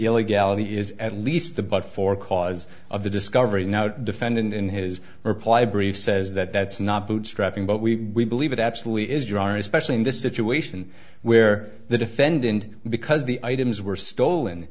illegality is at least the but for cause of the discovery now defendant in his reply brief says that that's not bootstrapping but we believe it absolutely is your honor especially in this situation where the defendant because the items were stolen